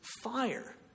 fire